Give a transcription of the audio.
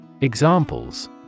Examples